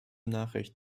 nachricht